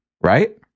right